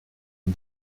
une